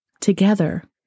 Together